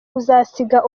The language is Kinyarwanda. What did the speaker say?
uzasiga